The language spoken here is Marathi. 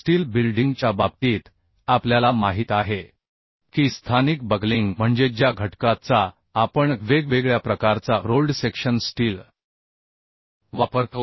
स्टील बिल्डिंगच्या बाबतीत आपल्याला माहित आहे की स्थानिक बकलिंग म्हणजे ज्या घटका चा आपण वेगवेगळ्या प्रकारचा रोल्ड सेक्शन स्टील वापरतो